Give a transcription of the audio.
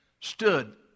stood